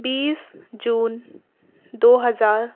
بیس جون دو ہزار